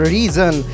Reason